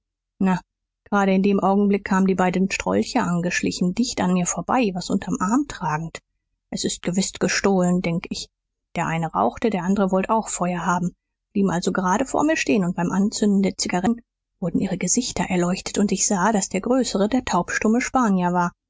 gerade in dem augenblick kamen die beiden strolche angeschlichen dicht an mir vorbei was unterm arm tragend es ist gewiß gestohlen denk ich der eine rauchte der andere wollt auch feuer haben blieben also gerade vor mir stehn und beim anzünden der zigarren wurden ihre gesichter erleuchtet und ich sah daß der größere der taubstumme spanier war